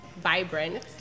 vibrant